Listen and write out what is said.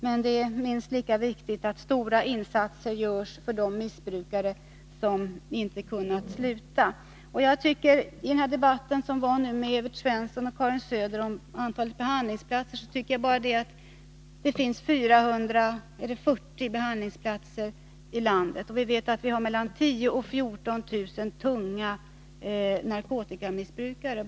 Men det är minst lika viktigt att stora insatser görs för de missbrukare som inte kunnat sluta. Evert Svensson och Karin Söder har talat om antalet behandlingsplatser. Det finns ungefär 440 behandlingsplatser i landet, och vi vet att vi har 10 000-14 000 missbrukare av tung narkotika!